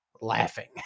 laughing